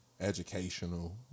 educational